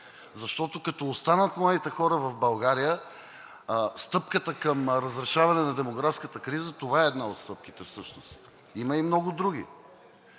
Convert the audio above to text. защото, като останат младите хора в България, стъпката към разрешаване на демографската криза – това е стъпката всъщност. Има и много други.